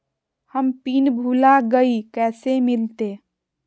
हम पिन भूला गई, कैसे मिलते?